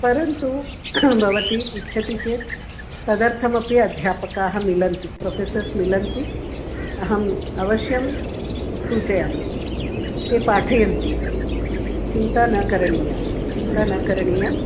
परन्तु भवती इच्छति चेत् तदर्थमपि अध्यापकाः मिलन्ति प्रोफेसर्स् मिलन्ति अहम् अवश्यं सूचयामि ते पाठयन्ति चिन्ता न करणीया चिन्ता न करणीया